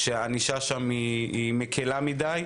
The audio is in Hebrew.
שהענישה בהם מקילה מדי.